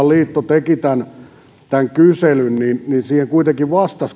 liitto teki kyselyn siihen kuitenkin vastasi